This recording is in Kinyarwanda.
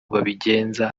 babigenza